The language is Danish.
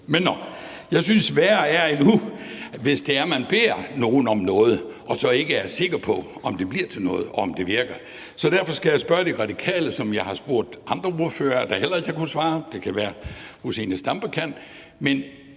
men nå! Jeg synes, at det er endnu værre, hvis det er, at man beder nogen om noget og så ikke er sikker på, om det bliver til noget, og om det virker. Så derfor skal jeg spørge De Radikale om noget, som jeg har spurgt andre ordførere om, og som de heller ikke har kunnet svare på, men det kan være, fru Zenia Stampe kan.